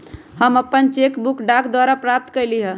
हम अपन cheque book डाक द्वारा प्राप्त कईली ह